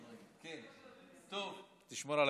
מערכת הבריאות והרפואה פועלת בסגר זה ללא הגבלות חוקיות על פעילותה,